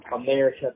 America